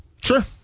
Sure